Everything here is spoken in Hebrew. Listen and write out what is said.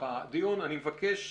אתה רוצה